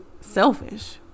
selfish